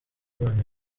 impano